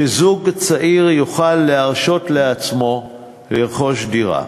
שזוג צעיר יוכל להרשות לעצמו לרכוש דירה.